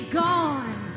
gone